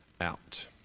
out